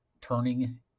turning